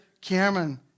Cameron